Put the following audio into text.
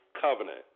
covenant